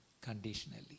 conditionally